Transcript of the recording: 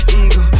eagle